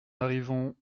arrivons